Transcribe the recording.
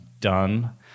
done